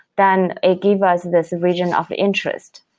then it gives us this region of interest.